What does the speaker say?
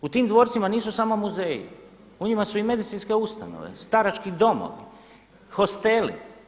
U tim dvorcima nisu samo muzeji, u njima su i medicinske ustanove, starački domovi, hosteli.